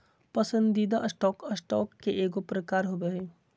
पसंदीदा stock, stock के एगो प्रकार होबो हइ